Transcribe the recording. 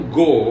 go